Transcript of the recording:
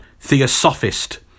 Theosophist